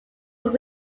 will